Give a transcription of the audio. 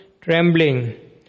trembling